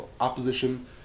opposition